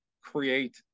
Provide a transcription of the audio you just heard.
create